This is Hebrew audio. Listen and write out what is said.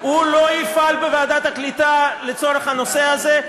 הוא לא יפעל בוועדת הקליטה לצורך הנושא הזה?